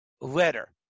letter